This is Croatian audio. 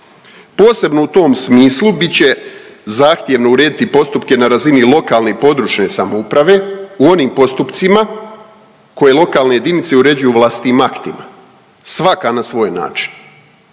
Posebno u tom smislu bit će zahtjevno urediti postupke na razini lokalne i područne samouprave u onim postupcima koje lokalne jedinice uređuju vlastitim aktima svaka na svoj način,